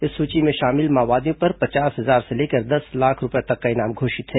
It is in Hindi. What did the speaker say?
इस सूची में शामिल माओवादियों पर पचास हजार से लेकर दस लाख रूपये तक का इनाम घोषित है